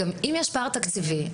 אם יש פער תקציבי,